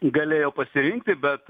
ji galėjo pasirinkti bet